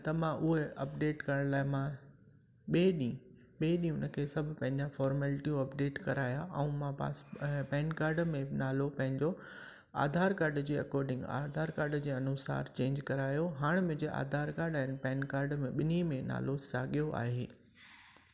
ऐं त मां उहे अपडेट करण लाइ मां ॿिए ॾींहुं ॿिए ॾींहुं हुनखे सभु पंहिंजा फॉर्मेल्टियूं अपडेट कराया ऐं मां पास पेन कार्ड में बि नालो पंहिंजो आधार कार्ड जे अकोर्डिंग आधार कार्ड जे अनुसार चेंज करायो हाणे मुंहिंजे आधार कार्ड ऐं पेन कार्ड ॿिन्हिनि में नालो साॻियो आहे